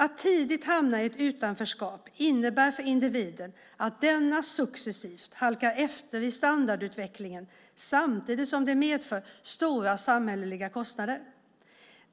Att tidigt hamna i ett utanförskap innebär för individen att denne successivt halkar efter i standardutvecklingen samtidigt som det medför stora samhälleliga kostnader.